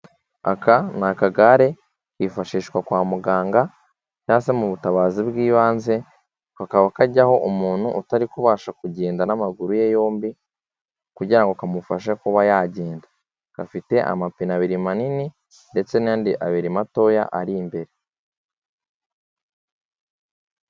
Aka ni akagare kifashishwa kwa muganga cyangwa se mu butabazi bw'ibanze, kakaba kajyaho umuntu utari kubasha kugenda n'amaguru ye yombi, kugira ngo kamufashe kuba yagenda. Gafite amapine abiri manini ndetse n'ayandi abiri matoya ari imbere.